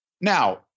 Now